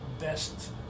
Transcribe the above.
best